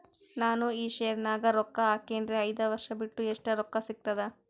ನಾನು ಆ ಶೇರ ನ್ಯಾಗ ರೊಕ್ಕ ಹಾಕಿನ್ರಿ, ಐದ ವರ್ಷ ಬಿಟ್ಟು ಎಷ್ಟ ರೊಕ್ಕ ಸಿಗ್ತದ?